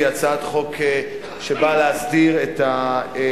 הסמכות להעניק תעודת הוקרה) היא הצעת חוק שבאה להסדיר את הדרך